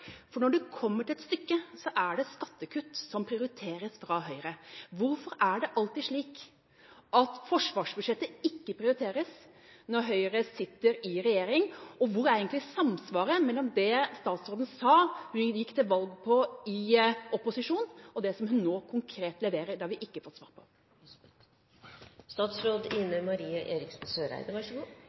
prioriteres når Høyre sitter i regjering? Og hvor er egentlig samsvaret mellom det statsråden sa og gikk til valg på i opposisjon, og det som hun nå konkret leverer? Det har vi ikke fått svar på.